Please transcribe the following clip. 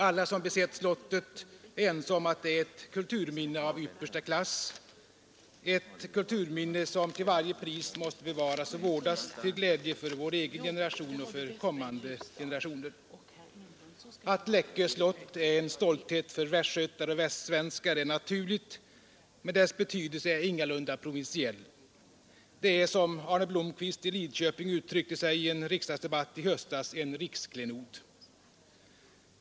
Alla som besett slottet är ense om att det är ett kulturminne av yppersta klass, ett kulturminne som till varje pris måste bevaras och vårdas till glädje för vår egen generation och för kommande generationer. Att Läckö slott är en stolthet för västgötar och västsvenskar är naturligt, men dess betydelse är ingalunda provinsiell. Det är, som Arne Blomkvist i Lidköping uttryckte sig i en riksdagsdebatt i höstas, en riksklenod.